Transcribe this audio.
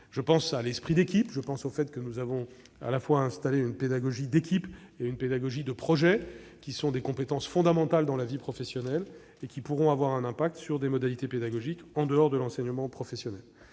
Je pense à l'esprit d'équipe. Je pense aussi à l'instauration d'une pédagogie d'équipe et de projets, qui sont des compétences fondamentales dans la vie professionnelle et qui pourront avoir un impact sur des modalités pédagogiques en dehors de l'enseignement professionnel.